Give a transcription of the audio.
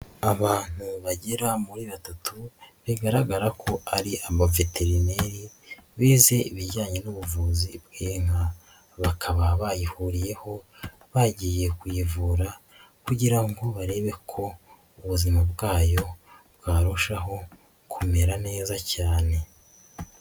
Abantu bagera muri batatu bigaragara ko ari abaveterineri bize ibijyanye n'ubuvuzi bw'inka. Bakaba bayihuriyeho, bagiye kuyivura kugira ngo barebe ko ubuzima bwayo bwarushaho kumera neza cyane.